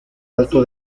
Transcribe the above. alto